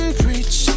preach